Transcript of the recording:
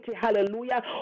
hallelujah